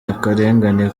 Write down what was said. akarengane